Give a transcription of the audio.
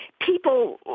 people